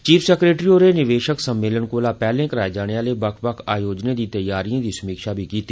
chief secretary होरें निवेशक सम्मेलन कोला पैह्ले कराए जाने आले बक्ख बक्ख आयोजनें दी तैआरिए दी बी समीक्षा कीती